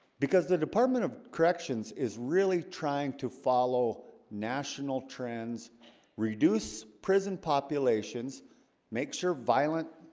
because the department of corrections is really trying to follow national trends reduce prison populations make sure violent